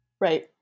Right